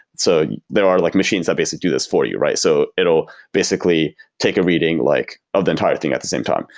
so there are like machines that basically do this for you, right? so it will basically take a reading like of the entire thing at the same time.